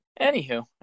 Anywho